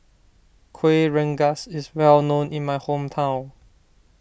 Kuih Rengas is well known in my hometown